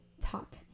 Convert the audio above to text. talk